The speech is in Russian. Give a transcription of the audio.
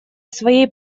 своей